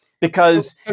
because-